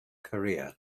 korea